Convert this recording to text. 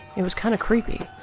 it was kind of creepy.